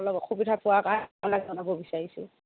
অলপ অসুবিধা পোৱা কাৰণ মই জনাব বিচাৰিছোঁ